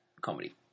comedy